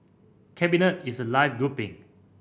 cabinet is a live grouping